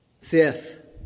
Fifth